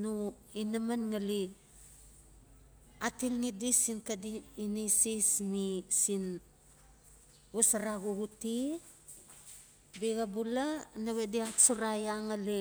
no inaman ngali atingi siin xadi ineses mi siin xosara xuxute. Biaxa bula nawe di atsora iaa ngali,